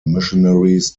missionaries